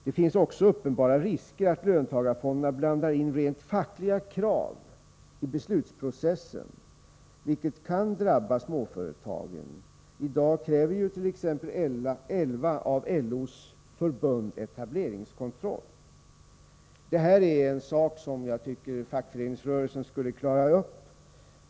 Det finns också uppenbara risker för att löntagarfonderna blandar in rent fackliga krav i beslutsprocessen, vilket kan drabba småföretagen. I dag kräver t.ex. elva av LO:s förbund etableringskontroll. Det här är en sak som jag tycker att fackföreningsrörelsen borde klara upp.